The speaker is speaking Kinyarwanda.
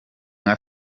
nka